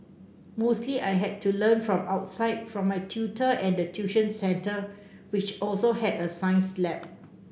mostly I had to learn from outside from my tutor and the tuition centre which also had a science lab